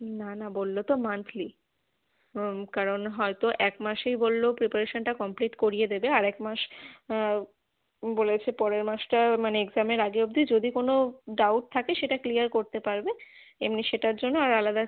না না বললো তো মান্থলি কারণ হয়তো এক মাসেই বললো প্রিপারেশানটা কমপ্লিট করিয়ে দেবে আর এক মাস বলেছে পরের মাসটা মানে এক্সামের আগে অবদি যদি কোনো ডাউট থাকে সেটা ক্লিয়ার করতে পারবে এমনি সেটার জন্য আর আলাদা